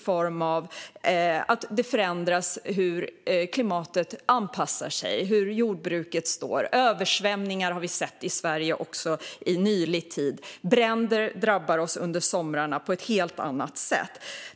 Klimatet förändras, och när det anpassar sig slår det på jordbruket. Vi har också sett översvämningar i Sverige i nutid. Bränder drabbar oss under somrarna på ett helt annat sätt.